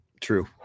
True